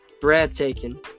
breathtaking